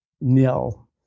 nil